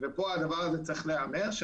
והדבר הזה צריך להיאמר כאן.